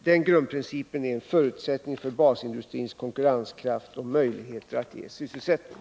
Den grundprincipen är en förutsättning för basindustrins konkurrenskraft och möjligheter att ge sysselsättning.